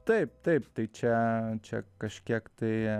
taip taip tai čia čia kažkiek tai